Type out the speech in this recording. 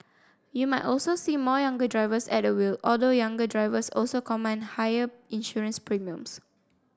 you might also see more younger drivers at the wheel although younger drivers also command higher insurance premiums